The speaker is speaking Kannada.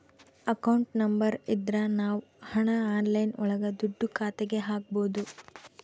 ಅಕೌಂಟ್ ನಂಬರ್ ಇದ್ರ ನಾವ್ ಹಣ ಆನ್ಲೈನ್ ಒಳಗ ದುಡ್ಡ ಖಾತೆಗೆ ಹಕ್ಬೋದು